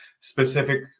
specific